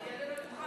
אני אעלה לדוכן.